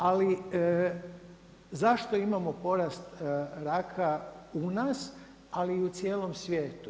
Ali zašto imamo porast raka u nas ali i u cijelom svijetu?